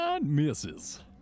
misses